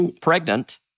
pregnant